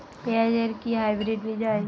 পেঁয়াজ এর কি হাইব্রিড বীজ হয়?